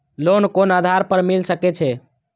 Loan कोन आधार पर मिल सके छे?